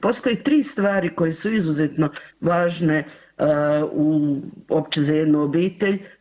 Postoje 3 stvari koje su izuzetno važne uopće za jednu obitelj.